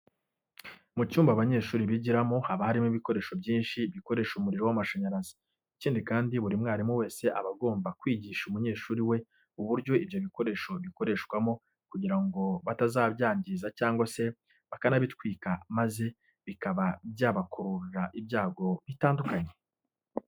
Mu cyumba abanyeshuri bigiramo, haba harimo bikoresho byinshi bikoresha umuriro w'amashanyarazi. Ikindi kandi, buri mwarimu wese aba agomba kwigisha umunyeshuri we uburyo ibyo bikoresho bikoreshwamo kugira ngo batazabyangiza cyangwa se bakanabitwika maze bikaba byabakururira ibyago bitandukanye.